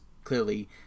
Clearly